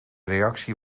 reactie